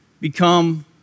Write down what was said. become